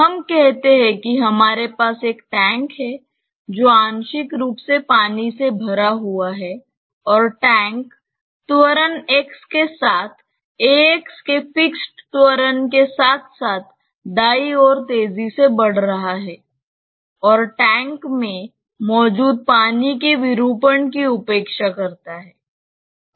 हम कहते हैं कि हमारे पास एक टैंक है जो आंशिक रूप से पानी से भरा हुआ है और टैंक त्वरण x के साथ ax के फिक्स्ड त्वरण के साथ साथ दाईं ओर तेजी से बढ़ रहा है और टैंक में मौजूद पानी के विरूपण की उपेक्षा करता है